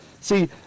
See